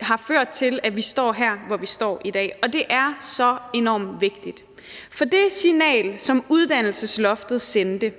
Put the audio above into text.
har ført til, at vi står her, hvor vi står i dag, og det er så enormt vigtigt. For det signal, som uddannelsesloftet sendte,